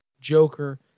Joker